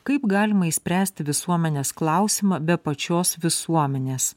kaip galima išspręsti visuomenės klausimą be pačios visuomenės